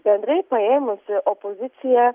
bendrai paėmus opozicija